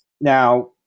Now